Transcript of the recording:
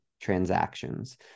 transactions